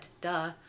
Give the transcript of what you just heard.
Duh